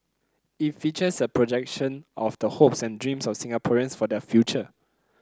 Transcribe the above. it features a projection of the hopes and dreams of Singaporeans for their future